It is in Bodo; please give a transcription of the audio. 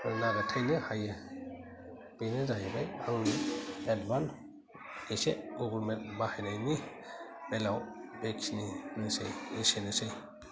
नागिरथायनो हायो बेनो जाहैबाय आंनि एदबान एसे गुगोल मेप बाहायनायनि बेलायाव बेखिनियानोसै एसेनोसै